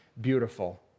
beautiful